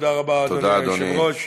תודה רבה, אדוני היושב-ראש.